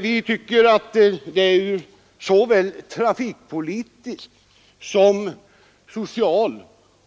Vi tycker att det ur såväl trafikpolitisk som social